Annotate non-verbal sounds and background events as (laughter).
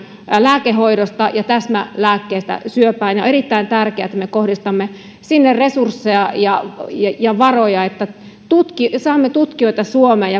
lääkehoidosta ja täsmälääkkeestä syöpään niin on erittäin tärkeää että me kohdistamme sinne resursseja ja ja varoja niin että saamme tutkijoita suomeen (unintelligible)